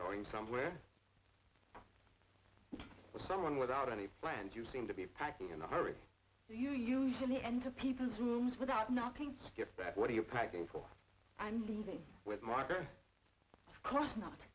going somewhere with someone without any plans you seem to be packing in a hurry you usually end to people's rooms without knocking skip that what are you packing for i'm leaving with marker cross not